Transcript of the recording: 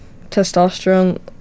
testosterone